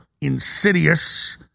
insidious